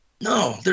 No